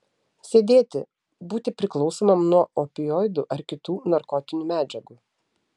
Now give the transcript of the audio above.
sėdėti būti priklausomam nuo opioidų ar kitų narkotinių medžiagų